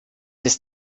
ist